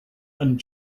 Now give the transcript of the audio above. and